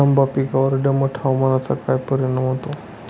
आंबा पिकावर दमट हवामानाचा काय परिणाम होतो?